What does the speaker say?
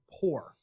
poor